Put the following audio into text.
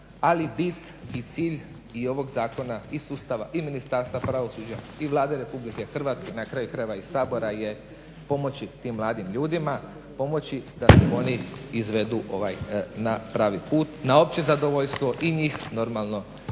ali bit i cilj i ovog zakona i sustava i Ministarstva pravosuđa i Vlade RH i na kraju kajeva i Sabora je pomoći tim mladim ljudima, pomoći da se oni izvedu na pravu put na opće zadovoljstvo i njih normalno i